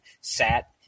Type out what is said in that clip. sat